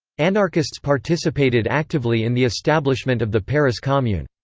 anarchists participated actively in the establishment of the paris commune.